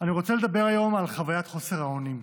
אני רוצה לדבר היום על חוויית חוסר האונים.